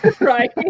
Right